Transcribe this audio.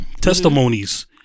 Testimonies